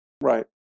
Right